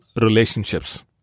relationships